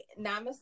namaste